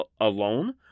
alone